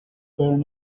bury